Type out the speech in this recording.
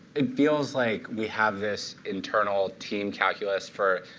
it feels like we have this internal team calculus for,